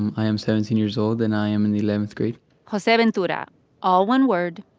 and i am seventeen years old, and i am in eleventh grade joseventura all one word,